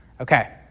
Okay